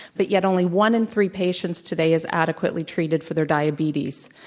but yet only one in three patients today is adequately treated for their diabetes.